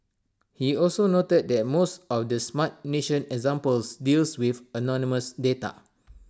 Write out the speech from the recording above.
he also noted that most of the Smart Nation examples deal with anonymous data